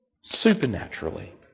supernaturally